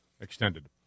extended